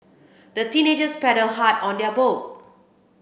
the teenagers paddled hard on their boat